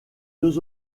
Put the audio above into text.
deux